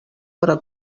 però